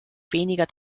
weniger